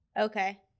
Okay